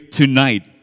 tonight